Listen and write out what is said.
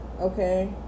okay